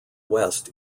west